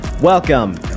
Welcome